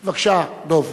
בבקשה, דב.